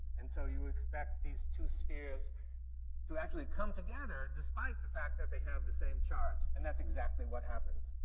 and so you expect these two spheres to actually come together despite the fact that they have the same charge, and that's exactly what happens.